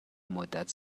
مدت